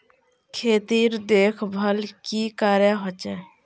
खेतीर देखभल की करे होचे?